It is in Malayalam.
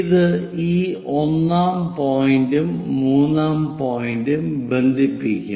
ഇത് ഈ ഒന്നാം പോയിന്റും മൂന്നാം പോയിന്റും ബന്ധിപ്പിക്കും